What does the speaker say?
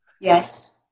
Yes